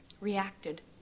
reacted